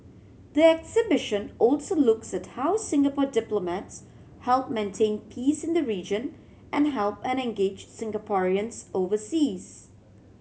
the exhibition also looks at how Singapore diplomats help maintain peace in the region and help and engage Singaporeans overseas